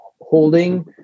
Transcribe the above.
holding